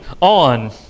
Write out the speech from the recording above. on